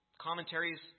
Commentaries